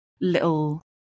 little